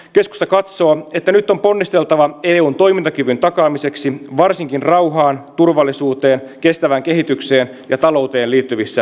keskusta katsoo että nyt on ponnisteltava eun toimintakyvyn takaamiseksi varsinkin rauhaan turvallisuuteen kestävään kehitykseen ja talouteen liittyvissä ydintehtävissä